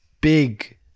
big